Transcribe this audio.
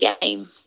game